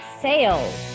sales